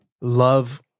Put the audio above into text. love